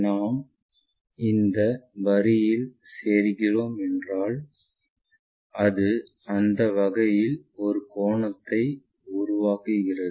நாம் இந்த வரியில் சேர்கிறோம் என்றால் அது அந்த வகையில் ஒரு கோணத்தை உருவாக்குகிறது